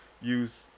use